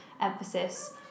emphasis